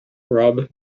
rob